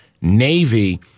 Navy